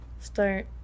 Start